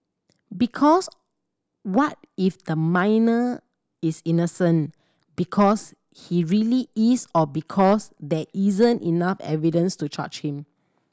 because what if the minor is innocent because he really is or because there isn't enough evidence to charge him